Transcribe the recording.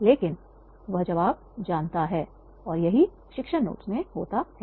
लेकिन वह जवाब जानता है और यही शिक्षण नोट्स में होता है